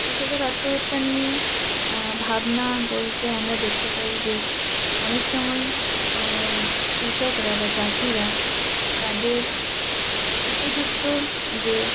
কৃষকের আত্মহত্যা নিয়ে ভাবনা বলতে আমরা দেখতে পাই যে অনেক সময় কৃষকরা বা চাষিরা তাদের উপযুক্ত যে